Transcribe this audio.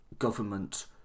government